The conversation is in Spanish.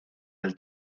del